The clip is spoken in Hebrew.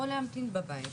או להמתין בבית,